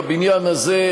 בבניין הזה,